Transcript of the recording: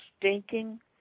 stinking